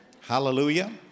Hallelujah